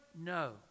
No